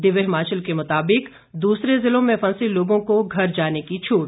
दिव्य हिमाचल के मुताबिक दूसरे जिलों में फंसे लोगों को घर जाने की छूट